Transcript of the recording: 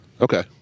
Okay